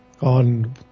on